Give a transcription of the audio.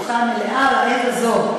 אחוז.